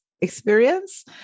experience